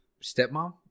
stepmom